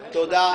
תודה.